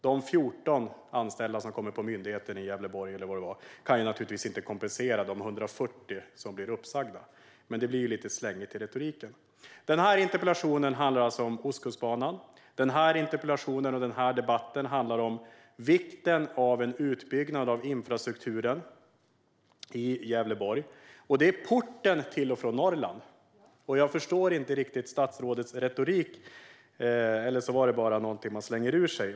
De 14 anställda, eller vad det var, som kommer att finnas på myndigheten i Gävleborg kan naturligtvis inte kompensera för de 140 som blir uppsagda. Det blir lite slängigt i retoriken. Interpellationen handlar om Ostkustbanan. Denna interpellationsdebatt handlar om vikten av en utbyggnad av infrastrukturen i Gävleborg. Det är porten till och från Norrland. Jag förstår inte riktigt statsrådets retorik. Men det var kanske bara något som han slängde ur sig.